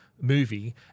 movie